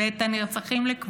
ואת הנרצחים, לקבורה.